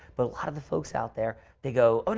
but lot of the folks out there, they go, oh, no.